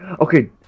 Okay